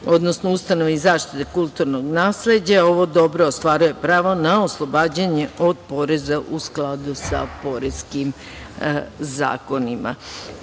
odnosno ustanovi zaštite kulturnog nasleđa, ovo dobro ostvaruje pravo na oslobađanje od poreza u skladu sa poreskim zakonima.